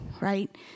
right